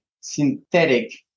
synthetic